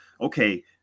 okay